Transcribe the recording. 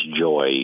joy